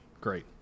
great